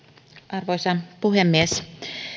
arvoisa puhemies